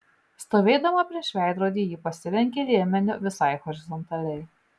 stovėdama prieš veidrodį ji pasilenkė liemeniu visai horizontaliai